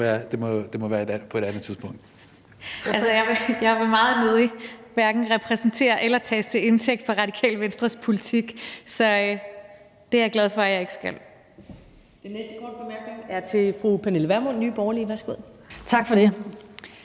Kl. 14:45 Rosa Lund (EL): Jeg vil meget nødig repræsentere eller tages til indtægt for Radikale Venstres politik. Det er jeg glad for at jeg ikke skal.